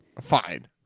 fine